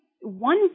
one